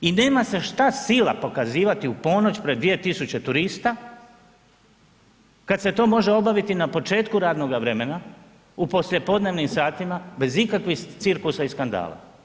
I nema se šta sila pokazivati u ponoć pred 2 tisuće turista kad se to može obaviti na početku radnoga vremena u poslijepodnevnim satima bez ikakvih cirkusa u skandala.